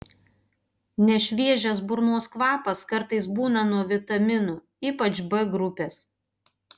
nešviežias burnos kvapas kartais būna nuo vitaminų ypač b grupės